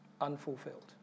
unfulfilled